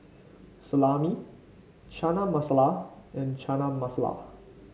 Salami Chana Masala and Chana Masala